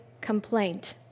complaint